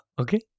Okay